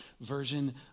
version